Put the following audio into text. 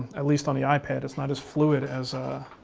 at least on the ipad it's not as fluid as